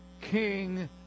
King